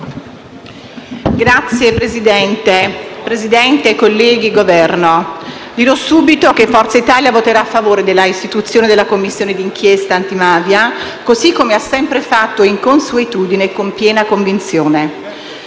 rappresentanti del Governo, dirò subito che Forza Italia voterà a favore dell'istituzione della Commissione d'inchiesta antimafia, così come ha sempre fatto in consuetudine e con piena convinzione.